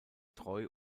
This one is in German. treu